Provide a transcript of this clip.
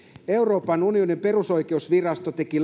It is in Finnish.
euroopan unionin perusoikeusvirasto teki